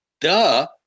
Duh